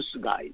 guys